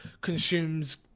consumes